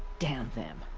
damn them!